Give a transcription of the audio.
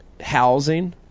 housing